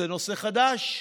זה נושא חדש,